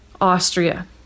Austria